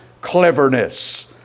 cleverness